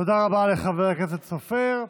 תודה רבה לחבר הכנסת סופר.